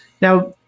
Now